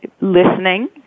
listening